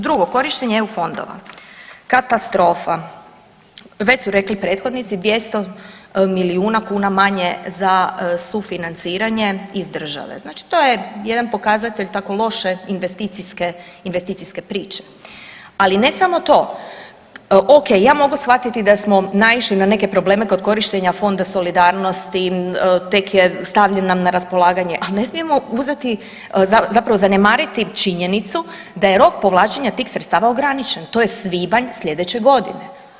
Drugo, korištenje eu fondova, katastrofa, već su rekli prethodnici 200 milijuna kuna manje za sufinanciranje iz države, znači to je jedan pokazatelj tako loše investicijske priče, ali ne samo to, ok, ja mogu shvatiti da smo naišli na neke probleme kod korištenja Fonda solidarnosti tek je stavljen na raspolaganje, ali ne smijemo zanemariti činjenicu da je rok povlačenja tih sredstava ograničen, to je svibanj sljedeće godine.